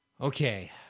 Okay